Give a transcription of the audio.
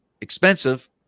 expensive